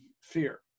fear